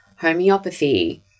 homeopathy